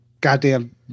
goddamn